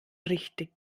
richtig